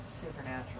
Supernatural